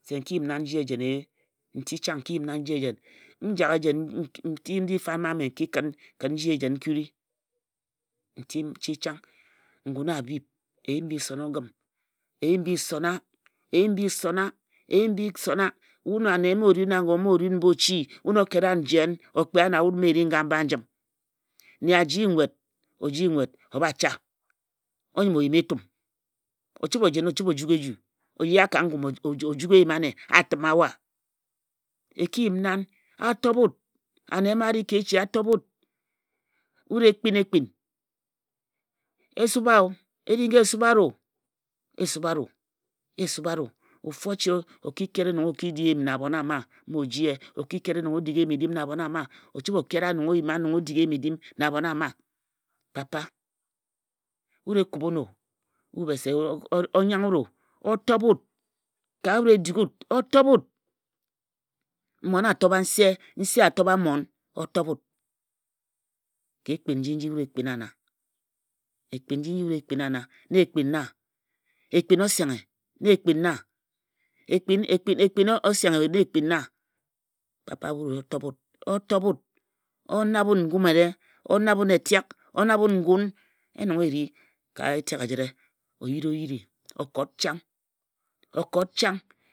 se n ki yim nan kən n ji ejem ee. nti chang n ki yim nan nji ejen. n jak ejen nti ndi fam mma mme n kiji ejen. kən n kuri nti nti chang. ngun a bhip. eyim bi sona oŋim e yim bi sona. eyim bi sona wun ane mma o ri wun ago mma o ri wun mba ochi o kera wun jen okpek na wut mma e ri nga mba nji?nnea ji nwet o ji nwet obha cha o nyim o yem etum, o chibhe o jena ochib bhe o juk eju. o yea ka ngum o juk eyim ane a tima wa. e ka yim nan?a tob wut ane mma a ri ka echi a tob wut. wut e kpin ekpin. e subha-o e ri nga e subha wut-o e subha wut-o. ofu o ché o ki kere nong o ki di eyim na abhon ama o ki kere nong o yima. nong o dik eyim-edim na abhon ama. papa wut e dughi wut. Mmon at tobha nse mse a tobha mmon. o tob wut. ka ekpin nji nji wut e kpina nna. ekpin nji nji wut e kpina nna na ekpin nna. ekpin osenghe na ekpin osenghe na ekpin nna ekpin papa wut se o tob wut o nabhe wun etek. o nabhe wun ngun. yen nong e ri ka etek ejire o yiri o yiri. okot chang.